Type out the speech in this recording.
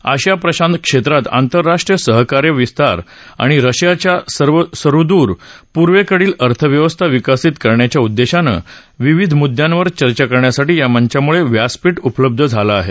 आशिया प्रशांत क्षेत्रात आंतरराष्ट्रीय सहकार्य विस्तारणं आणि रशियाच्या सुदूर पूर्वकडील अर्थव्यवस्था विकासित करण्याच्या उद्देशानं विविध मुद्यांवर चर्चा करण्यासाठी या मंचामुळे व्यासपीठ उपलब्ध झालं आहे